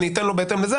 אני אתן לו בהתאם לזה,